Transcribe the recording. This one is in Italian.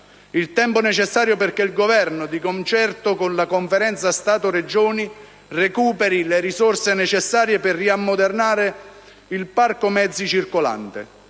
il tempo necessario perché il Governo, di concerto con la Conferenza Stato-Regioni, recuperi le risorse necessarie per riammodernare il parco mezzi circolante.